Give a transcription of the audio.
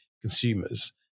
consumers